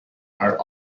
are